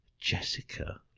Jessica